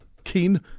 keen